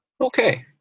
Okay